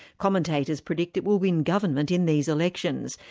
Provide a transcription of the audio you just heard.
commentators predict it will win government in these elections,